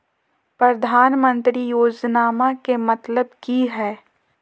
प्रधानमंत्री योजनामा के मतलब कि हय?